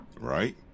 Right